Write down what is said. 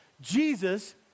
Jesus